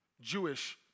Jewish